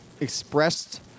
expressed